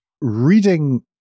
Reading